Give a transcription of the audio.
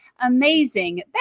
amazing